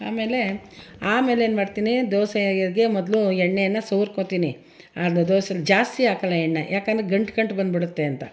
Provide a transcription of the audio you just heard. ಆಮೇಲೆ ಆಮೇಲೆ ಏನ್ಮಾಡ್ತೀನಿ ದೋಸೆಗೆ ಮೊದಲು ಎಣ್ಣೆನ ಸವ್ರ್ಕೊಳ್ತೀನಿ ಅದು ದೋಸೆಲಿ ಜಾಸ್ತಿ ಹಾಕೋಲ್ಲ ಎಣ್ಣೆ ಯಾಕೆಂದರೆ ಗಂಟು ಗಂಟು ಬಂದ್ಬಿಡುತ್ತೆ ಅಂತ